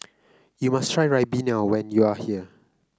you must try ribena when you are here